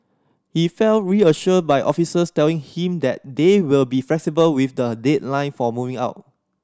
he felt reassured by officers telling him that they will be flexible with the deadline for moving out